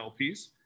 LPs